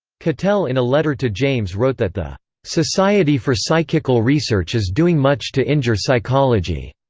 cattell in a letter to james wrote that the society for psychical research is doing much to injure psychology.